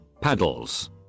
Paddles